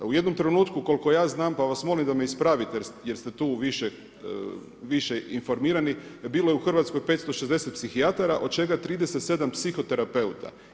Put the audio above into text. U jednom trenutku, koliko ja znam, pa vas molim da me ispravite, jer ste tu više informirani, bilo je u Hrvatskoj 560 psihijatara, od čega 37 psihoterapeuta.